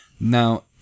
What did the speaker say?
Now